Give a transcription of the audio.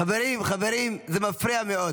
חברים, חברים, זה מפריע מאוד.